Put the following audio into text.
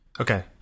Okay